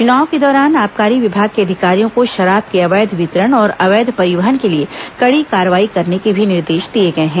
चुनाव के दौरान आबकारी विभाग के अधिकारियों को शराब के अवैध वितरण और अवैध परिवहन के लिए कड़ी कार्रवाई करने के भी निर्देश दिए गए हैं